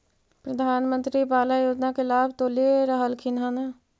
प्रधानमंत्री बाला योजना के लाभ तो ले रहल्खिन ह न?